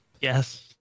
Yes